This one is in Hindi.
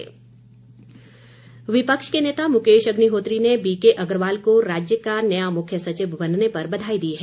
बधाई विपक्ष के नेता मुकेश अग्निहोत्री ने बीके अग्रवाल को राज्य का नया मुख्य सचिव बनने पर बधाई दी है